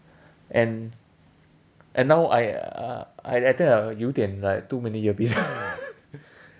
and and now I uh I I think I 有点 like too many earpiece